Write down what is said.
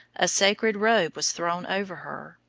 a sacred robe was thrown over her,